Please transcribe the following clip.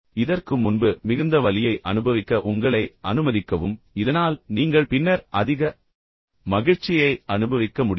எனவே இதற்கு முன்பு மிகுந்த வலியை அனுபவிக்க உங்களை அனுமதிக்கவும் இதனால் நீங்கள் பின்னர் அதிக மகிழ்ச்சியை அனுபவிக்க முடியும்